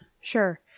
sure